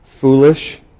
foolish